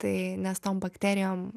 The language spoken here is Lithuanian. tai nes tom bakterijom